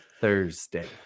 thursday